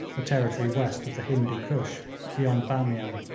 a territory west of the hindoo koosh beyond bamian,